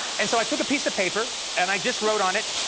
and so i took a piece of paper and i just wrote on it,